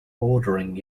bouldering